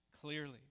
clearly